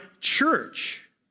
church